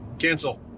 cancel.